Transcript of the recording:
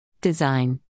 Design